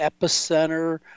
Epicenter